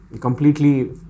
completely